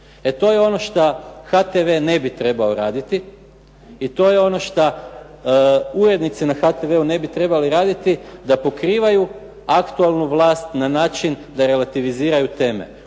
to je očito da HTV ne bi trebao raditi i to je ono što ujednici na HTV-u ne bi trebali raditi, da pokrivaju aktualnu vlast na način da relavitiziraju teme.